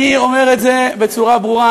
אני אומר את זה בצורה ברורה.